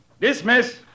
Dismiss